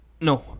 No